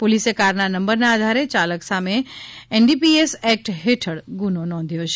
પોલીસે કારના નંબરના આધારે યાલક સામે એનડીપીએસ એક્ટ હેઠળ ગુનો નોંધ્યો છે